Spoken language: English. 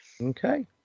okay